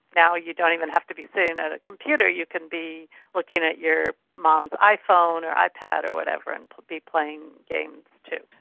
now you don't even have to be sitting at a computer, you can be looking at your mom's iphone or ipad or whatever and be playing games too.